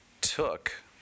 took